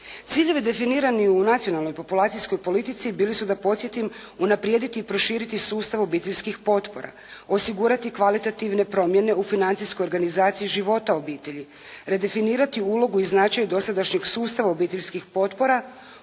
Ciljevi definirani u nacionalnoj populacijskoj politici bili su da podsjetim unaprijediti i proširiti sustav obiteljskih potpora, osigurati kvalitativne promjene u financijskoj organizaciji života obitelji, redefinirati ulogu i značaj dosadašnjeg sustava obiteljskih potpora,